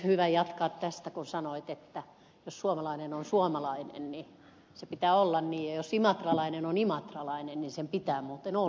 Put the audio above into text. hyvä jatkaa tästä kun sanoitte että jos suomalainen on suomalainen niin sen pitää olla niin ja jos imatralainen on imatralainen niin sen pitää muuten olla niin